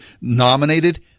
nominated-